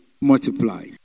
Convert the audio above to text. multiply